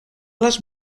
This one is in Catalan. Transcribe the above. les